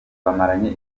bamaranye